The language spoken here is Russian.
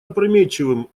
опрометчивым